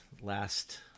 last